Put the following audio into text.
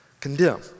condemn